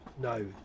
No